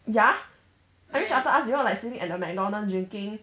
ya I reached after us you all like sitting at the mcdonald's drinking